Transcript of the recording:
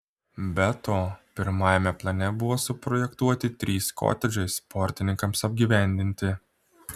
be to pirmajame plane buvo suprojektuoti trys kotedžai sportininkams apgyvendinti